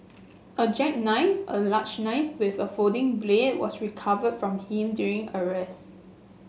a jackknife a large knife with a folding blade was recovered from him during arrest